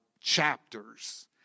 chapters